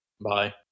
Bye